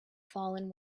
fallen